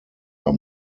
are